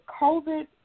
COVID